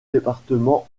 département